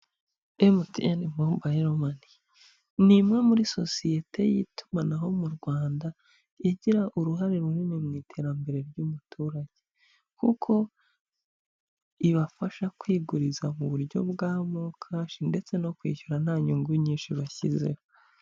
MTN mobayiro mani ni imwe muri sosiyete y'itumanaho mu Rwanda igira uruhare runini mu iterambere ry'umuturage, kuko ibafasha kwiguriza mu buryo bwa mokashi ndetse no kwishyura nta nyungu nyinshi bashyizeho.